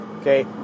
Okay